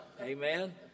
amen